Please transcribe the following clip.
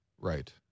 Right